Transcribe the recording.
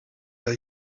are